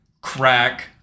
crack